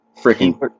freaking